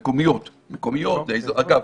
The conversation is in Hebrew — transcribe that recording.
האזוריות, זאת אומרת